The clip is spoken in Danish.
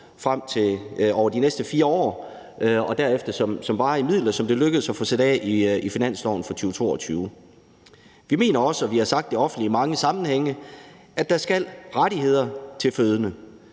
kr. over de næste 4 år og derefter som varige midler, som det lykkedes at få sat af i finansloven fra 2022. Vi mener også, og vi har sagt det offentligt i mange sammenhænge, at der skal være rettigheder til fødende.